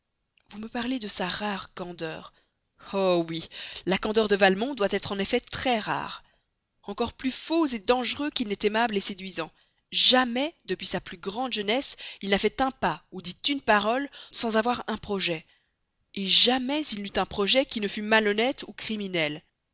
vous me parlez de sa rare candeur oh oui la candeur de valmont doit être en effet très rare encore plus faux et dangereux qu'il n'est aimable séduisant jamais depuis sa plus grande jeunesse il n'a fait un pas ou dit une parole sans avoir un projet jamais il n'eut un projet qui ne fût malhonnête ou criminel